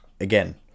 again